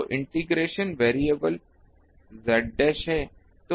तो integration variable z dash है